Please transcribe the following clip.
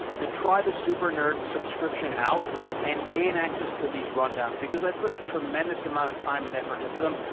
to try the super nerd subscription out and gain access to these rundowns, because i put a tremendous amount of time and effort into them.